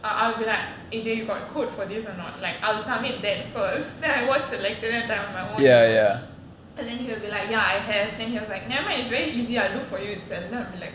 I'll I'll be like A J you got code for this or not like I'll submit that first then I watch the lecture in a time of my own you know and then he'll be like ya I have then he was like nevermind it's very easy I'll do for you then I'll be like